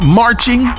marching